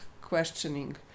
questioning